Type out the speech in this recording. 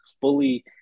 fully